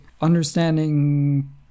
understanding